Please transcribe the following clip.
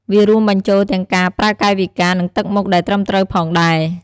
វារួមបញ្ចូលទាំងការប្រើកាយវិការ និងទឹកមុខដែលត្រឹមត្រូវផងដែរ។